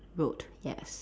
road yes